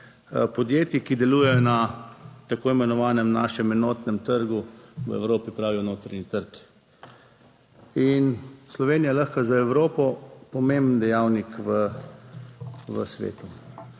podjetij, ki delujejo na tako imenovanem našem enotnem trgu v Evropi, pravijo notranji trg. In Slovenija je lahko za Evropo pomemben dejavnik v svetu,